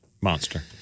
monster